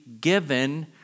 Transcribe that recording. given